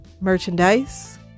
merchandise